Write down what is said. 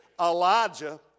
Elijah